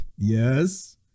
Yes